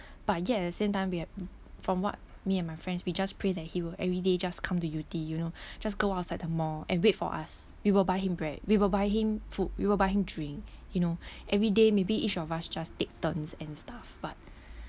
but yet at the same time we have from what me and my friends we just pray that he will everyday just come to yew tee you know just go outside the mall and wait for us we will buy him bread we will buy him food we will buy him drink you know everyday maybe each of us just take turns and stuff but